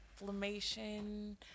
inflammation